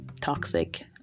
toxic